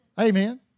Amen